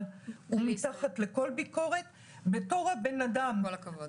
הוא מתחת לכל ביקורת -- כל הכבוד.